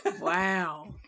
Wow